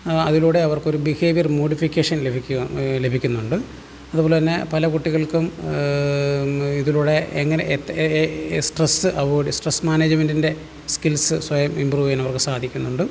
അതിലൂടെ അവർക്കൊരു behaviour modification ലഭിക്കുവാ ലഭിക്കുന്നുണ്ട് അതുപോലെ തന്നെ പല കുട്ടികൾക്കും ഇതിലൂടെ എങ്ങനെ എത്ത് ഏ സ്ട്രെസ്സ് അവോയ്ഡ് സ്ട്രെസ്സ് മാനേജ്മെൻറ്റിൻറ്റെ സ്കിൽസ് സ്വയം ഇമ്പ്രൂവ് ചെയ്യാൻ അവർക്ക് സാധിക്കുന്നുണ്ട്